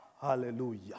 Hallelujah